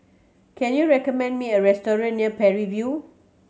can you recommend me a restaurant near Parry View